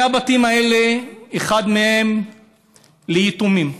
אחד מהם ליתומים.